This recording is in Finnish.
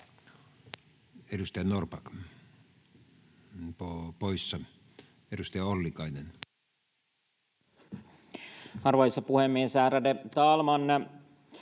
Edustaja Norrback on poissa. — Edustaja Ollikainen. Arvoisa puhemies, ärade talman!